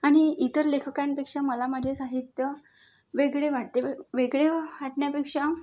आणि इतर लेखकांपेक्षा मला माझे साहित्य वेगळे वाटते वे वेगळे वाटण्यापेक्षा